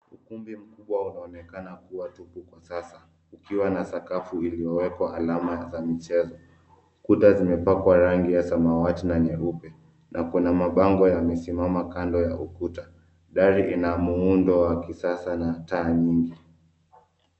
Ukumbi mkubwa unaonekana kuwa tupu kwa sasa, ukiwa na sakafu iliyowekwa alama za michezo. Kuta zimepakwa rangi za samawati na nyeupe na kuna mabango yamesimama kando ya ukuta. Dari ina muundo wa kisasa na taa nyingi.